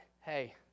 Hey